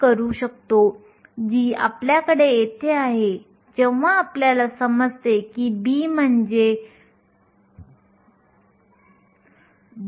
2 picosecond सिलिकॉनमधील इलेक्ट्रॉनसाठी दोन विखुरलेल्या घटनांमधील वेळ दर्शवतात जे वाहक बँडमधून फिरत असतात